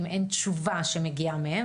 אם אין תשובה שמגיעה מהם,